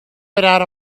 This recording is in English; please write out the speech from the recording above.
without